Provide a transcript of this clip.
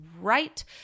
right